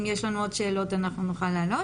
אם יש לנו עוד שאלות אנחנו נוכל לענות.